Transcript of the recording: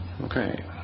Okay